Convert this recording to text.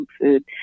food